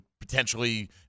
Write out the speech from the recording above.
potentially